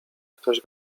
ktoś